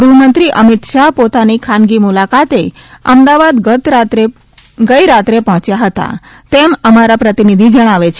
ગુહમંત્રી અમિત શાહ પોતાની ખાનગી મુલાકાતે અમદાવાદ ગઇરાત્રે પહોંચ્યા હતા તેમ અમારા પ્રતિનિધિ જણાવે છે